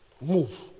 Move